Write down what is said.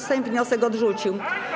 Sejm wniosek odrzucił.